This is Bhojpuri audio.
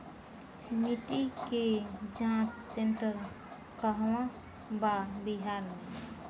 मिटी के जाच सेन्टर कहवा बा बिहार में?